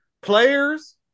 players